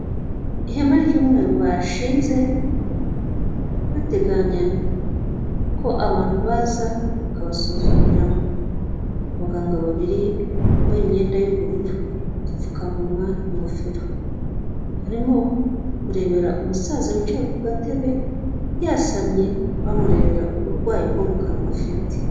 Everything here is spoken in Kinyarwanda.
Ihema ry'umweru bashinze, bateganya ko abantu baza bakabasuzumiramo, abaganga babiri bambaye imyenda y'ubururu, dupfukamunwa, ingofero, barimo kurebera umusaza wicaye ku gatebe yasamye bamurebera uburwayi bwo mu kanwa afite.